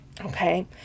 Okay